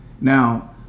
Now